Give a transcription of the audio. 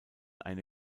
eine